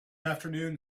afternoon